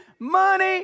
Money